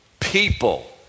People